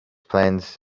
plans